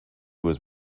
was